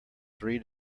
three